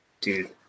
Dude